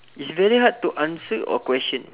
it's very hard to answer or question